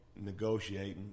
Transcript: negotiating